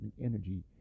energy